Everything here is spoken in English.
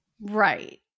Right